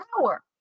power